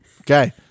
Okay